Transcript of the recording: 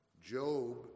Job